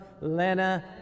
Lena